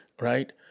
Right